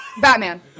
Batman